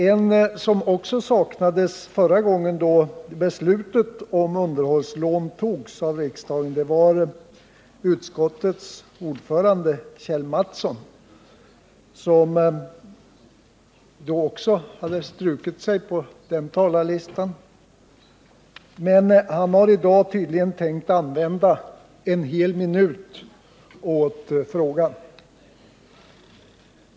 En som också saknades förra gången då beslutet om underhållslån fattades av riksdagen var utskottets ordförande Kjell Mattsson — som då hade strukit sig från talarlistan — men han har i dag tydligen tänkt använda en hel minut åt frågan.